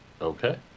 Okay